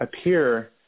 appear